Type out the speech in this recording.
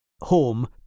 home